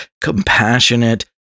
compassionate